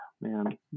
man